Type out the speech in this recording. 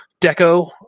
Deco